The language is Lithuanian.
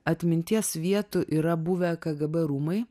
atminties vietų yra buvę kgb rūmai